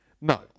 No